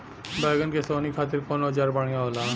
बैगन के सोहनी खातिर कौन औजार बढ़िया होला?